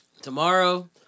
Tomorrow